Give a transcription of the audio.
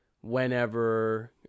whenever